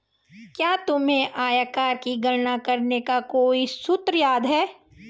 क्या तुम्हें आयकर की गणना करने का कोई सूत्र याद है?